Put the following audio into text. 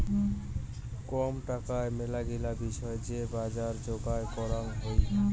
কম টাকায় মেলাগিলা বিষয় যে বজার যোগার করাং হই